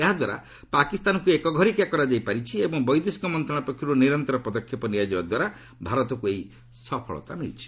ଏହାଦ୍ୱାରା ପାକିସ୍ତାନକୁ ଏକ ଘରିକିଆ କରାଯାଇ ପାରିଛି ଏବଂ ବୈଦେଶିକ ମନ୍ତ୍ରଣାଳୟ ପକ୍ଷରୁ ନିରନ୍ତର ପଦକ୍ଷେପ ନିଆଯିବା ଦ୍ୱାରା ଭାରତକୁ ଏହି ସଫଳତା ମିଳିଛି